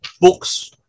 books